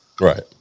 right